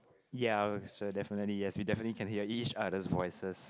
ya so definitely yes we definitely can hear each other's voices